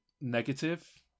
negative